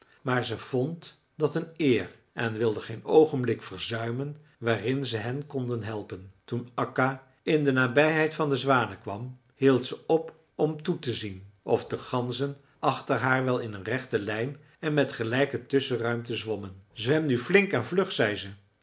maar ze vond dat een eer en wilde geen oogenblik verzuimen waarin ze hen konden helpen toen akka in de nabijheid van de zwanen kwam hield ze op om toe te zien of de ganzen achter haar wel in een rechte lijn en met gelijke tusschenruimten zwommen zwem nu flink en vlug zei ze